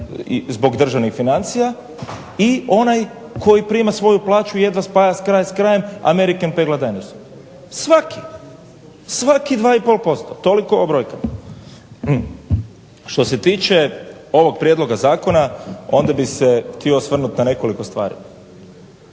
zbog državnih financija i onaj koji prima svoju plaću, jedva spaja kraj s krajem American pegla Dinersom. Svaki, svaki 2,5%. Toliko o brojkama. Što se tiče ovog prijedloga zakona onda bih se htio osvrnuti na nekoliko stvari.